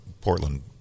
Portland